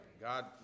God